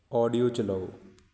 audio ਚਲਾਓ